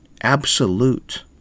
absolute